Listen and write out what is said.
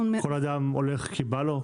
כל אדם הולך כי בא לו?